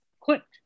clicked